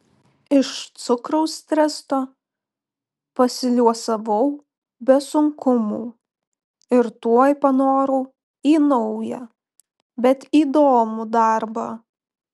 iš cukraus tresto pasiliuosavau be sunkumų ir tuoj panorau į naują bet įdomų darbą